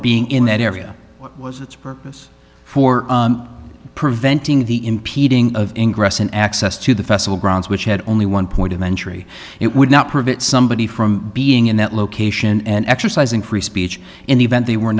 being in that area was its purpose for preventing the impeding of ingress and access to the festival grounds which had only one point of entry it would not prevent somebody from being in that location and exercising free speech in the event they were